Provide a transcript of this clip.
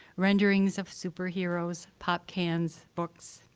renderings of superheroes, pop cans, books,